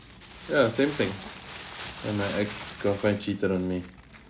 ya same thing when my ex-girlfriend cheated on me